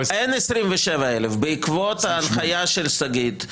27,000. אין 27,000. בעקבות הנחיה של שגית,